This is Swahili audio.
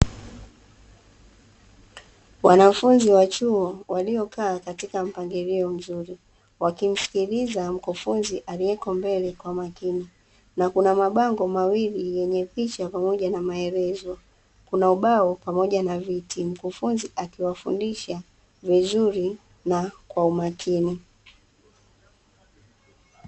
Wanafunzi wa chuo waliokaa katika mpangilio mzuri, wakimsikiliza mkufunzi aliyeko mbele kwa makini na kuna mabango mawili yenye picha pamoja na maelezo. Kuna ubao pamoja na viti, mkufunzi akiwafundisha vizuri na kwa umakini.